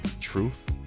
truth